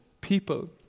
people